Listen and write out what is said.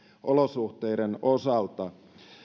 olosuhteiden osalta